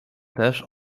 też